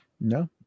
No